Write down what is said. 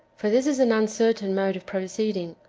for this is an uncertain mode of proceeding,